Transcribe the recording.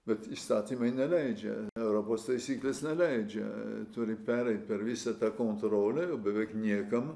bet įstatymai neleidžia europos taisyklės neleidžia turi pereiti per visą tą motorolerių beveik niekam